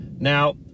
Now